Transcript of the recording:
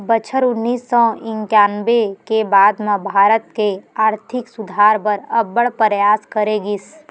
बछर उन्नीस सौ इंकानबे के बाद म भारत के आरथिक सुधार बर अब्बड़ परयास करे गिस